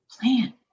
plan